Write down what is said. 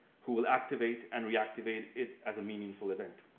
who will activate and reactivate it as a meaningful event.